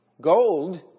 Gold